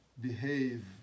behave